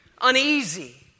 uneasy